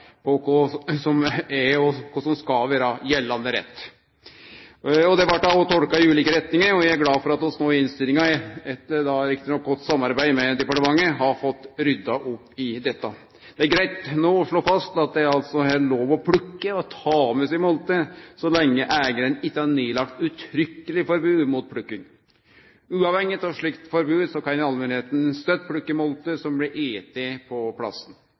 som er og skal vere gjeldande rett. Det blei då òg tolka i ulike retningar, og eg er glad for at vi no i innstillinga, riktignok etter godt samarbeid med departementet, har fått rydda opp i dette. Det er greitt no å slå fast at det altså er lov å plukke og ta med seg molter så lenge eigaren ikkje har nedlagt uttrykkeleg forbod mot plukking. Uavhengig av slikt forbod kan allmennheita alltid plukke molter som blir etne på